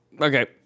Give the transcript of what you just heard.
okay